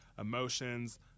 emotions